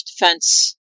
defense